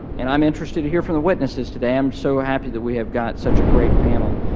and i'm interested to hear from the witnesses today. i am so happy that we have got such a great panel.